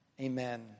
amen